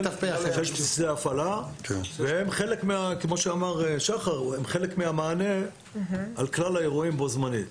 שיש שדה הפעלה והם חלק מהמענה על כלל האירועים בו-זמנית.